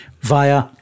via